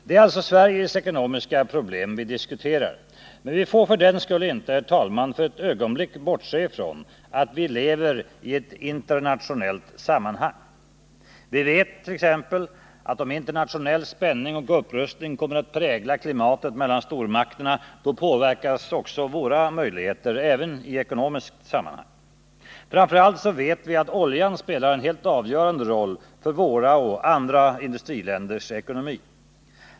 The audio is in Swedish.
Det är alltså Sveriges ekonomiska problem vi diskuterar, men vi får för den skull inte för ett ögonblick bortse från att vi lever i ett internationellt sammanhang. Vi vet t.ex. att om internationell spänning och upprustning kommer att prägla klimatet mellan stormakterna så påverkas också våra möjligheter, även i ekonomiskt avseende. Framför allt vet vi att oljan spelar en helt avgörande roll för vår och andra industriländers ekonomi.